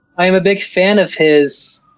i am a big fan of his,